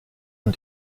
and